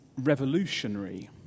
revolutionary